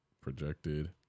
projected